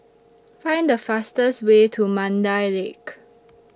Find The fastest Way to Mandai Lake